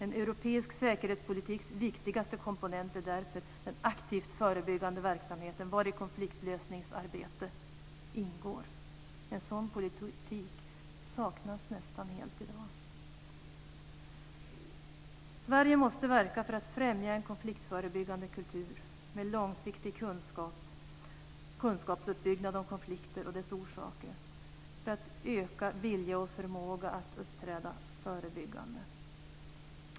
En europeisk säkerhetspolitiks viktigaste komponent är därför den aktivt förebyggande verksamheten vari konfliktlösningsarbete ingår. En sådan politik saknas nästan helt i dag. Sverige måste verka för att främja en konfliktförebyggande kultur med långsiktig uppbyggnad av kunskaper om konflikter och deras orsaker för att öka vilja och förmåga att uppträda förebyggande.